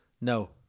No